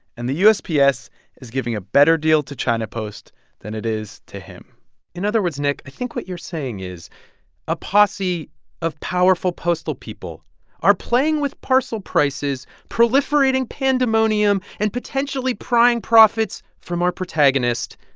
and the usps is giving a better deal to china post than it is to him in other words, nick, i think what you're saying is a posse of powerful postal people are playing with parcel prices, proliferating pandemonium and potentially prying profits from our protagonist,